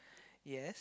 yes